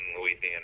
Louisiana